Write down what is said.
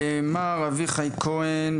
מר אביחי כהן,